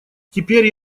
теперь